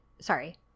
sorry